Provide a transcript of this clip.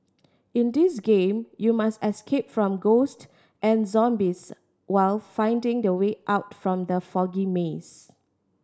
in this game you must escape from ghost and zombies while finding the way out from the foggy maze